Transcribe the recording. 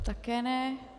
Také ne.